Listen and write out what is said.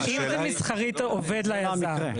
אם זה מסחרית עובד ליזם.